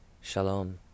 Shalom